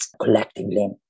collectively